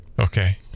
Okay